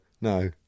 no